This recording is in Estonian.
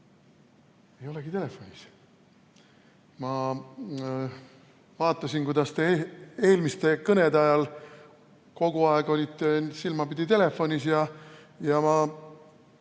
Ei olegi telefonis? Ma vaatasin, kuidas te eelmiste kõnede ajal kogu aeg olite silmapidi telefonis, ja ma